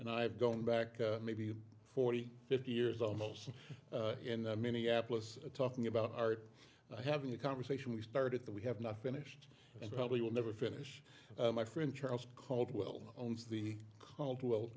and i've gone back maybe forty fifty years almost in minneapolis talking about art having a conversation we started that we have not finished it probably will never finish my friend charles caldwell owns the caldwell